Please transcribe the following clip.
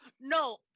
No